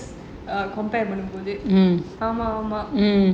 பண்ணும் போது ஆமா ஆமா:pannum pothu aamaa aamaa